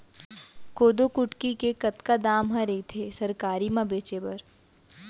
कोदो कुटकी के कतका दाम ह रइथे सरकारी म बेचे बर?